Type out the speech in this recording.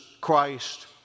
Christ